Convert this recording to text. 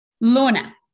luna